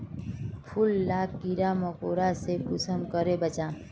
फूल लाक कीड़ा मकोड़ा से कुंसम करे बचाम?